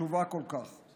חשובה כל כך.